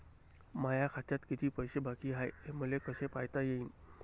माया खात्यात किती पैसे बाकी हाय, हे मले कस पायता येईन?